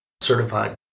certified